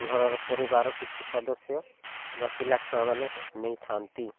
ଘରର ପରିବାର କିଛି ସଦସ୍ୟ ବା ପିଲା ଛୁଆମାନେ ନେଇଥାନ୍ତି